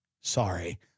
sorry